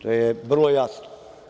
To je vrlo jasno.